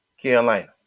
Carolina